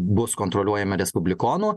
bus kontroliuojami respublikonų